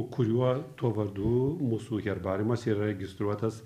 kuriuo tuo vardu mūsų herbariumas yra registruotas